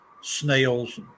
snails